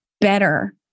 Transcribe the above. better